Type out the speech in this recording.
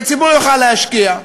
שהציבור יוכל להשקיע,